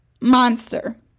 monster